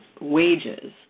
wages